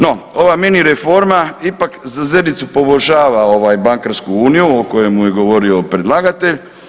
No, ova minireforma ipak za zericu poboljšava ovaj Bankarsku uniju o kojemu je govorio predlagatelj.